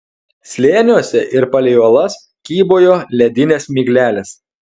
slėniuose ir palei uolas kybojo ledinės miglelės